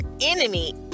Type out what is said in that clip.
enemy